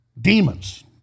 demons